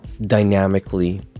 dynamically